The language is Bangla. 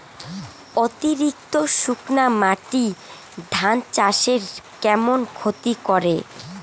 অতিরিক্ত শুকনা মাটি ধান চাষের কেমন ক্ষতি করে?